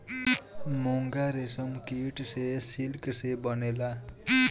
मूंगा रेशम कीट से सिल्क से बनेला